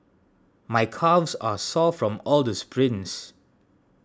my calves are sore from all the sprints